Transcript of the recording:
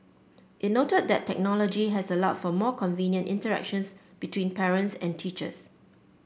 it noted that technology has allowed for more convenient interactions between parents and teachers